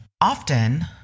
often